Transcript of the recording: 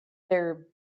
there